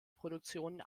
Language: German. produktionen